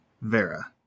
Vera